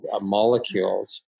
molecules